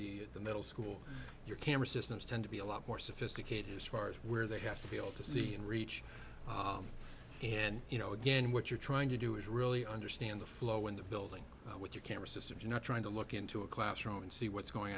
the the middle school your camera systems tend to be a lot more sophisticated as far as where they have to be able to see and reach and you know again what you're trying to do is really understand the flow in the building with your camera systems are not trying to look into a classroom and see what's going